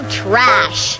trash